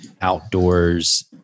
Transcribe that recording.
outdoors